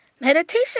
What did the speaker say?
Meditation